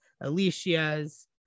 alicia's